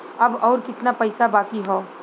अब अउर कितना पईसा बाकी हव?